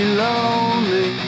lonely